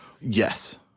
Yes